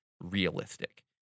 realistic